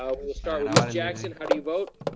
ah but we'll start with miss jackson how do you vote?